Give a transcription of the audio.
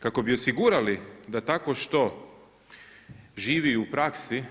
Kako bi osigurali da takvo što živi u praksi